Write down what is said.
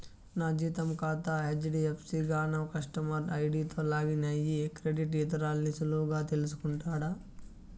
నా జీతం కాతా హెజ్డీఎఫ్సీ గాన కస్టమర్ ఐడీతో లాగిన్ అయ్యి క్రెడిట్ ఇవరాల్ని సులువుగా తెల్సుకుంటుండా